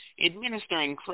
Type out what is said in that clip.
administering